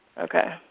okay.